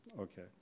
Okay